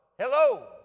Hello